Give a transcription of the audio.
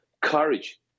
courage